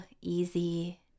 easy